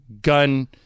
gun